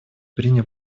принял